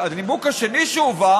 הנימוק השני שהובא